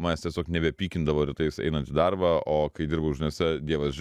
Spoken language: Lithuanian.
manęs tiesiog nebepykindavo rytais einant į darbą o kai dirbau žiniose dievaži